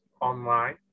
online